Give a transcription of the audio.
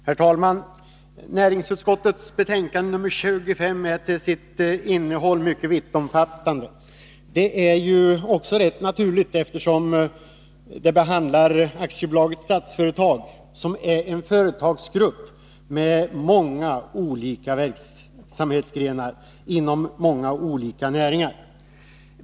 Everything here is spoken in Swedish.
Herr talman! Näringsutskottets betänkande nr 25 är till sitt innehåll mycket vittomfattande. Detta är rätt naturligt, eftersom det behandlar Statsföretag AB, som är en företagsgrupp med många olika verksamhetsgrenar inom många olika näringar.